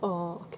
orh